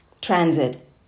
transit